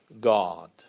God